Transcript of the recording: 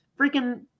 Freaking